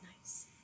Nice